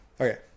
Okay